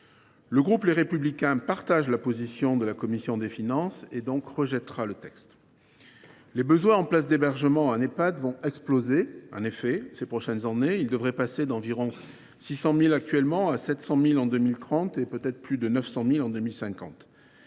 Le groupe Les Républicains partage la position de la commission des finances et rejettera donc le texte. Les besoins en places d’hébergement en Ehpad vont exploser ces prochaines années : ils devraient passer d’environ 600 000 actuellement à 700 000 en 2030 et à plus de 900 000 en 2050.